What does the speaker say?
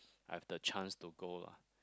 I have the chance to go lah